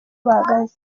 bahagaze